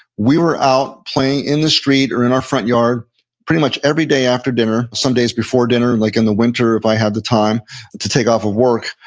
we were out playing in the street or in our front yard pretty much every day after dinner. some days before dinner, like in the winter, if i had the time to take off of work.